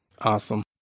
Awesome